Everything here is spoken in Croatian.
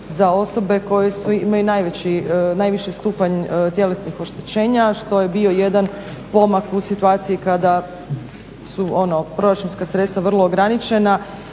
za osobe koje imaju najviši stupanj tjelesnih oštećenja što je bio jedan pomak u situaciji kada su ono proračunska sredstva vrlo ograničena.